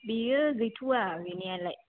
बेयो गैथआ गैनायालाय